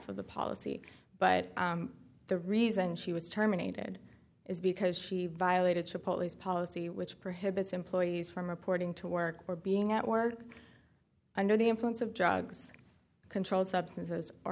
of the policy but the reason she was terminated is because she violated to police policy which prohibits employees from reporting to work or being at work under the influence of drugs controlled substances or